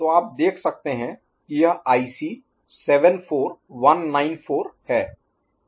तो आप देख सकते हैं कि यह IC 74194 है